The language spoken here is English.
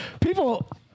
People